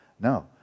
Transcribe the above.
No